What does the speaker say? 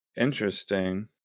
Interesting